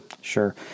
Sure